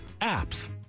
APPS